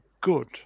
good